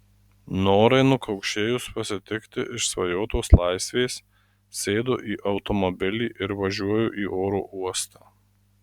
norai nukaukšėjus pasitikti išsvajotos laisvės sėdu į automobilį ir važiuoju į oro uostą